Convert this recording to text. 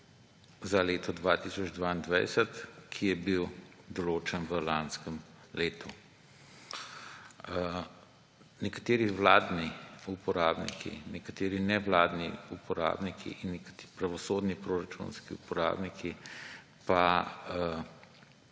za leto 2022, ki je bil določen v lanskem letu. Nekateri vladni uporabniki, nekateri nevladni uporabniki in pravosodni proračunski uporabniki pri